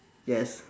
yes